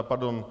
Pardon.